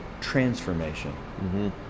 transformation